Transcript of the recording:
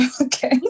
okay